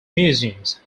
museums